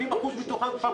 70% מתוכם כבר